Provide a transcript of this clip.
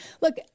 Look